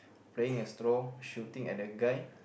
playing a straw shooting at the guy